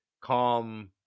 calm